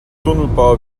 tunnelbau